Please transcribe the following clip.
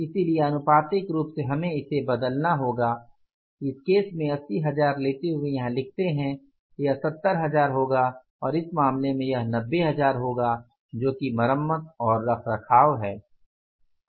इसलिए आनुपातिक रूप से हमें इसे बदलना होगा केस से 80000 हजार लेते हुए यहाँ लिखते है यह 70000 होगा और इस मामले में यह 90000 होगा जो कि मरम्मत और रखरखाव है